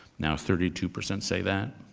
now thirty two percent say that,